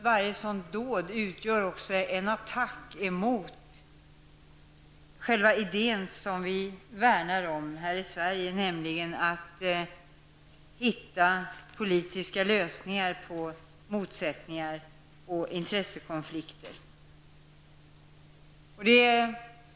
Varje terroristdåd utgör en attack mot själva den idé som vi värnar om här i Sverige, nämligen att söka politiska lösningar på motsättningar och intressekonflikter.